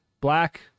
Black